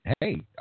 Hey